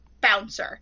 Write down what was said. bouncer